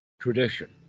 tradition